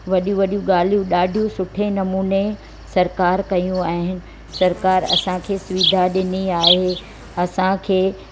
वॾियूं वॾियूं ॻाल्हियूं ॾाढी सुठे नमूने सरकार कयूं आहिनि सरकार असांखे सुविधा ॾिनी आहे असांखे